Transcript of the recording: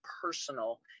personal